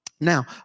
Now